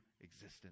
existence